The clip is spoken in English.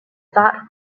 thought